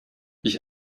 ich